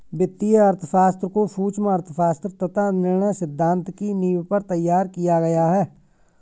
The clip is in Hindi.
वित्तीय अर्थशास्त्र को सूक्ष्म अर्थशास्त्र तथा निर्णय सिद्धांत की नींव पर तैयार किया गया है